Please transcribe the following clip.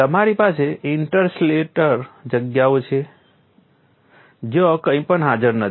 તમારી પાસે ઇન્ટરસ્ટેલર જગ્યાઓ છે જ્યાં કંઈપણ હાજર નથી